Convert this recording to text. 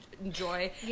enjoy